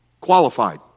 Qualified